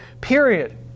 period